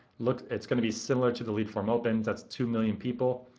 look, it's gonna be similar to the lead form opens. that's two million people.